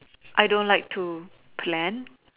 I don't like to plan